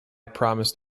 promised